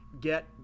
get